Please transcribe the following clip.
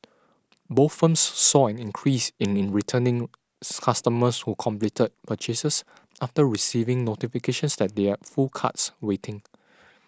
both firms saw an increase in returning customers who completed purchases after receiving notifications that they are full carts waiting